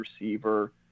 receiver